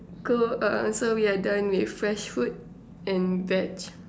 go on so we are done with fresh fruit and veg